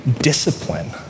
discipline